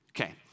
okay